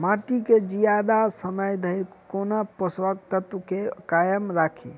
माटि केँ जियादा समय धरि कोना पोसक तत्वक केँ कायम राखि?